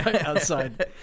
outside